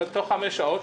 אז בתוך חמש שעות,